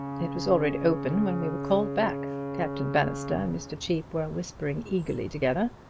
it was already opened when we were called back. captain bannister and mr. cheape were whispering eagerly together.